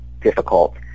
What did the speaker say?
difficult